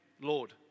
Lord